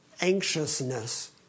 anxiousness